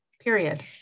period